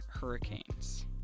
Hurricanes